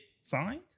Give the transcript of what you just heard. signed